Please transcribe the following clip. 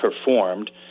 performed